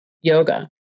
yoga